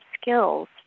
skills